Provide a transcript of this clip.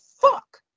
fuck